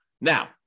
Now